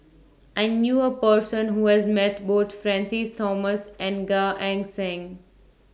I knew A Person Who has Met Both Francis Thomas and Gan Eng Seng